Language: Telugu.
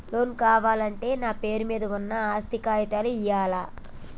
లోన్ కావాలంటే నా పేరు మీద ఉన్న ఆస్తి కాగితాలు ఇయ్యాలా?